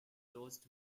closed